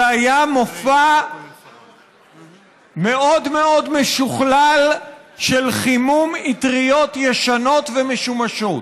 זה היה מופע מאוד משוכלל של חימום אטריות ישנות ומשומשות.